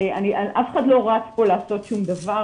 אף אחד לא רץ פה לעשות שום דבר,